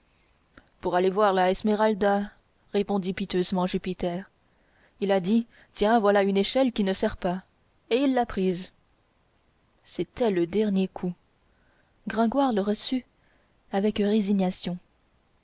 pour aller voir la esmeralda répondit piteusement jupiter il a dit tiens voilà une échelle qui ne sert pas et il l'a prise c'était le dernier coup gringoire le reçut avec résignation